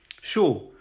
sure